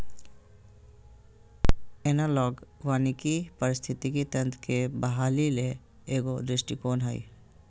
analogue वानिकी पारिस्थितिकी तंत्र के बहाली ले एगो दृष्टिकोण हइ